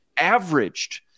averaged